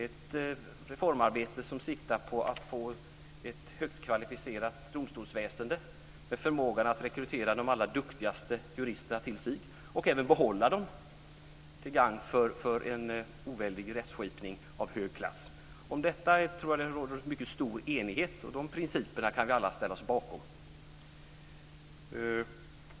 Det är ett reformarbete som siktar på att få ett högt kvalificerat domstolsväsende, med förmågan att rekrytera de allra duktigaste juristerna till sig och även behålla dem, till gagn för en oväldig rättskipning av hög klass. Om detta tror jag att det råder mycket stor enighet, och de principerna kan vi alla ställa oss bakom.